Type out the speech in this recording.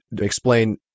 explain